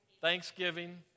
thanksgiving